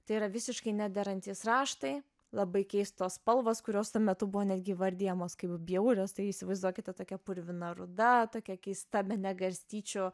tai yra visiškai nederantys raštai labai keistos spalvos kurios tuo metu buvo netgi įvardijamos kaip bjaurios tai įsivaizduokite tokia purvina ruda tokia keista bet ne garstyčių